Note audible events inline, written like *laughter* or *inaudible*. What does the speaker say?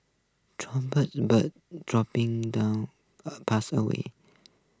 *unintelligible* bird droppings down *hesitation* pathways